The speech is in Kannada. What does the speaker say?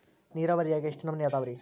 ನೇರಾವರಿಯಾಗ ಎಷ್ಟ ನಮೂನಿ ಅದಾವ್ರೇ?